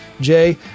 Jay